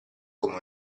come